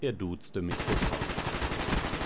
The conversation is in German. er duzte mich sofort